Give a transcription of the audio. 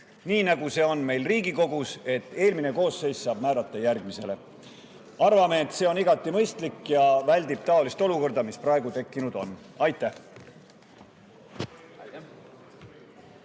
Nii on ka meil Riigikogus, et eelmine koosseis saab määrata palgad järgmisele. Arvame, et see on igati mõistlik ja väldib taolist olukorda, mis praegu tekkinud on. Aitäh!